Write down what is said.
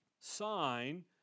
sign